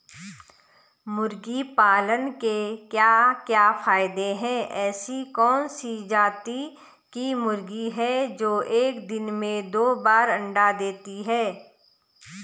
मुर्गी पालन के क्या क्या फायदे हैं ऐसी कौन सी जाती की मुर्गी है जो एक दिन में दो बार अंडा देती है?